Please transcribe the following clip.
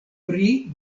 pri